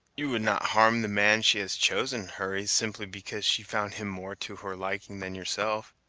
you would not harm the man she has chosen, hurry, simply because she found him more to her liking than yourself!